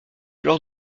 lors